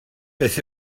beth